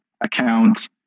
account